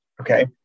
okay